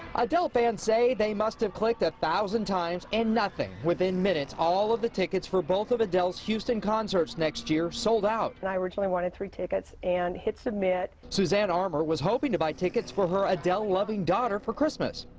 adele fans say they must have clicked a thousand times and nothing. within minutes all of the tickets for both of adele's houston concert next year sold out. and i originally wanted three tickets and hit submit voo susan um was hoping to buy tickets for her adele-loving daughter for christmas.